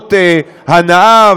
למטרות הנאה,